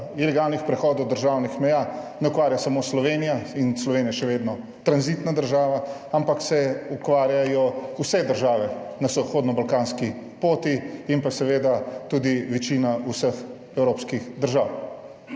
ilegalnih prehodov državnih meja ne ukvarja samo Slovenija in Slovenija je še vedno tranzitna država, ampak se ukvarjajo vse države na zahodno balkanski poti in pa seveda tudi večina vseh evropskih držav.